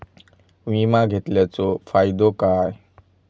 विमा घेतल्याचो फाईदो काय?